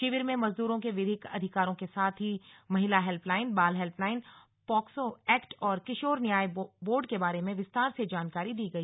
शिविर में मजदूरों के विधिक अधिकारों के साथ ही महिला हेल्प लाइन बाल हेल्प लाइन पोक्सो एक्ट और किशोर न्याय बोर्ड के बारे में विस्तार से जानकारी दी गई